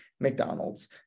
mcdonald's